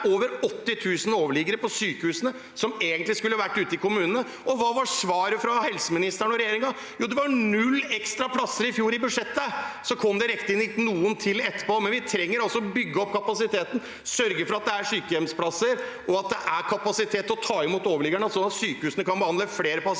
Det er over 80 000 «overliggere» på sykehusene som egentlig skulle vært ute i kommunene. Og hva var svaret fra helseministeren og regjeringen? Jo, det var null ekstra plasser i fjor i budsjettet. Det kom riktignok noen til etterpå, men vi trenger å bygge opp kapasiteten, sørge for at det er sykehjemsplasser, og at det er kapasitet til å ta imot «overliggerne», sånn at sykehusene kan behandle flere pasienter.